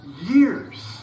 years